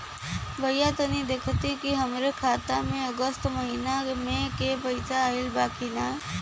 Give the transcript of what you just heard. भईया तनि देखती की हमरे खाता मे अगस्त महीना में क पैसा आईल बा की ना?